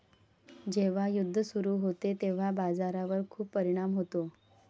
जेव्हा युद्ध सुरू होते तेव्हा बाजारावर खूप परिणाम होतो